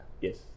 Yes